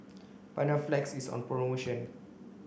Panaflex is on promotion